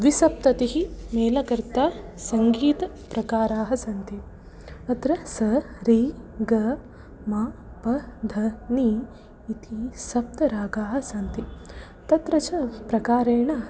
द्विसप्ततिः मेलकर्ता सङ्गीतप्रकाराः सन्ति अत्र स रि ग म प ध नि इति सप्तरागाः सन्ति तत्र च प्रकारेण